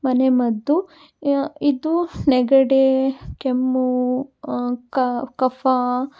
ಮನೆಮದ್ದು ಇದು ನೆಗಡಿ ಕೆಮ್ಮು ಕ ಕಫ